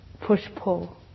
push-pull